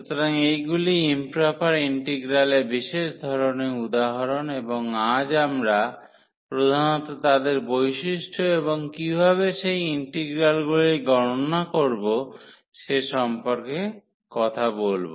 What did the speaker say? সুতরাং এইগুলি ইম্প্রপার ইন্টিগ্রালের বিশেষ ধরণের উদাহরণ এবং আজ আমরা প্রধানত তাদের বৈশিষ্ট্য এবং কীভাবে সেই ইন্টিগ্রালগুলি গণনা করব সে সম্পর্কে কথা বলব